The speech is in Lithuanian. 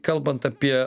kalbant apie